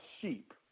sheep